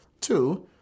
Two